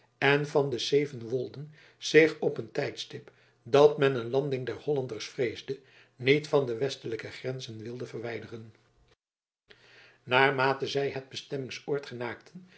en van de sevenwolden zich op een tijdstip dat men een landing der hollanders vreesde niet van de westelijke grenzen wilden verwijderen naarmate zij het bestemmingsoord genaakten